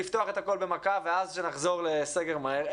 לפתוח את הכול במכה ואז שנחזור לסגר מהר,